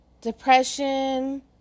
depression